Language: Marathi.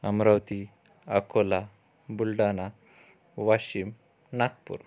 अमरावती अकोला बुलढाणा वाशीम नागपूर